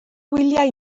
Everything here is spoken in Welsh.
wyliau